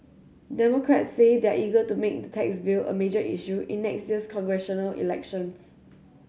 democrats say they're eager to make the tax bill a major issue in next year's congressional elections